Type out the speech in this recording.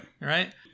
Right